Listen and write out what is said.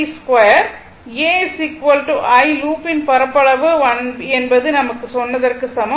AI லூப்பின் பரப்பளவு l b க்கு என்பது நாம் சொன்னதற்கு சமம்